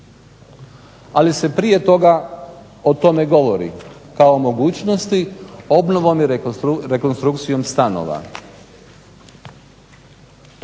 ali se prije toga o tome govori kao mogućnosti obnovom i rekonstrukcijom stanova.